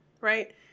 right